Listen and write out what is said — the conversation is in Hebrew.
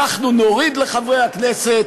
אנחנו נוריד לחברי הכנסת,